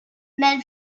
men